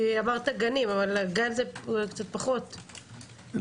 אמרת גנים, וחשוב להיות שם,